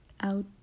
out